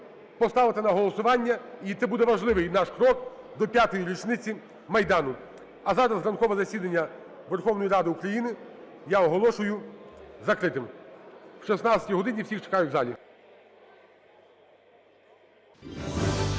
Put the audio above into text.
поставити на голосування, і це буде важливий наш крок до 5-ї річниці Майдану. А зараз ранкове засідання Верховної Ради України я оголошую закритим. В 16 годині я всіх чекаю в залі.